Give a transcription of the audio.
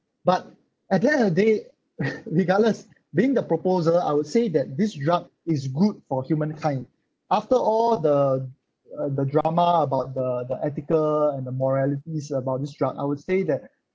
but at the end of day regardless being the proposer I would say that this drug is good for humankind after all the uh the drama about the the ethical and the moralities about this drug I would say that